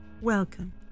Welcome